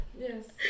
Yes